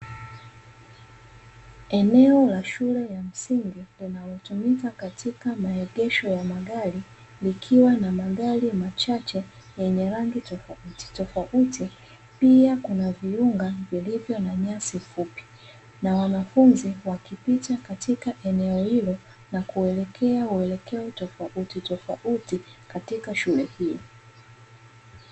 Eneo la shule ya msingi linalotumika katika maegesho ya magari, likiwa na magari machache yenye rangi tofautitofauti. Pia kuna viunga vilivyo na nyasi fupi, na wanafunzi wakipita katika eneo hilo, na kuelekea uelekeo tofautitofauti katika shule hiyo.